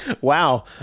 Wow